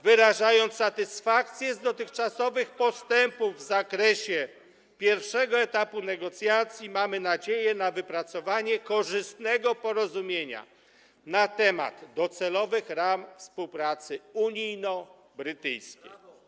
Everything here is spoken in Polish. Wyrażając satysfakcję z dotychczasowych postępów w zakresie pierwszego etapu negocjacji, mamy nadzieję na wypracowanie korzystnego porozumienia w sprawie docelowych ram współpracy unijno-brytyjskiej.